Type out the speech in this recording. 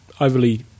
overly